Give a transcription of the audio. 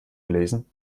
gelesen